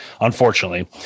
unfortunately